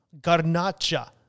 Garnacha